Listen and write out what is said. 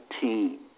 team